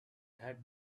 had